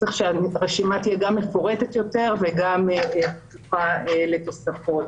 צריך שהרשימה תהיה מפורטת יותר ופתוחה לתוספות.